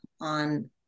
on